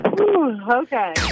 Okay